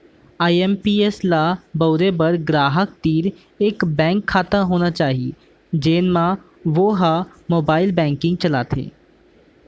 IMPS ल बउरे बर गराहक तीर एक बेंक खाता होना चाही जेन म वो ह मोबाइल बेंकिंग चलाथे